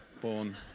born